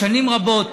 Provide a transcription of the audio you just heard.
שנים רבות